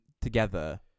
together